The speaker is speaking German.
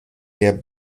der